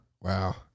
Wow